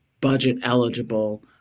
budget-eligible